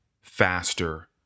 faster